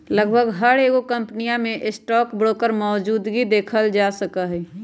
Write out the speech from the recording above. लगभग हर एगो कम्पनीया में स्टाक ब्रोकर मौजूदगी देखल जा सका हई